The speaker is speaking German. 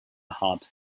hart